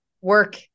work